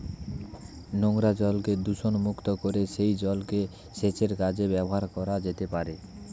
নোংরা জলকে দূষণমুক্ত করে সেই জল সেচের কাজে ব্যবহার করা যেতে পারে